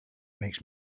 makes